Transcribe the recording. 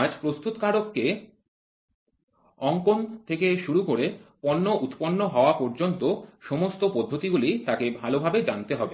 আজ প্রস্তুতকারক কে অঙ্কন থেকে শুরু করে পণ্য উৎপন্ন হওয়া পর্যন্ত সমস্ত পদ্ধতিগুলি তাকে ভালভাবে জানতে হবে